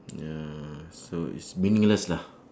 ya so it's meaningless lah